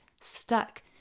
stuck